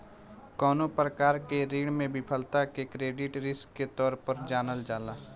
कवनो प्रकार के ऋण में विफलता के क्रेडिट रिस्क के तौर पर जानल जाला